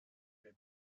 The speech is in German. wir